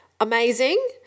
amazing